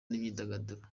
n’imyidagaduro